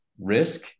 risk